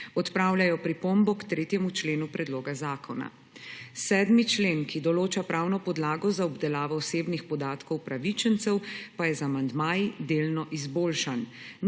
odpravljajo pripombo k 3. členu predloga zakona, 7. člen, ki določa pravno podlago za obdelavo osebnih podatkov upravičencev, je z amandmaji delno izboljšan,